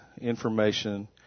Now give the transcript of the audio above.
information